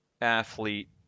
athlete